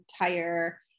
entire